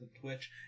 Twitch